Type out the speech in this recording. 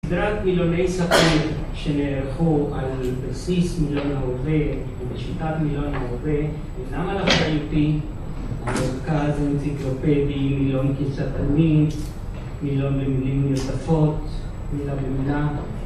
סדרת מילוני ספר שנערכו על בסיס מילון ההווה ובשיטת מילון ההווה למה לחייתי מילון קאזן, ציקרופדים, מילון קיסטטונים, מילון במילים נוספות, מילה במלה